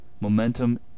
momentum